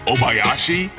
Obayashi